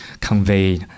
convey